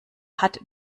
hat